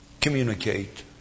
communicate